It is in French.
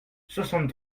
soixante